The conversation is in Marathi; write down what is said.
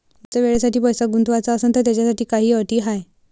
जास्त वेळेसाठी पैसा गुंतवाचा असनं त त्याच्यासाठी काही अटी हाय?